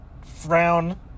frown